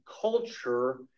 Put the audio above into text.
culture